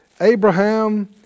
Abraham